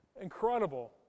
incredible